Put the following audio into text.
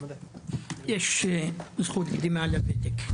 יש זכות קדימה לוותק.